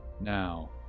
Now